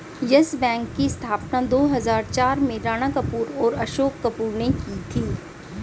yes Bank की स्थापना दो हजार चार में राणा कपूर और अशोक कपूर ने की थी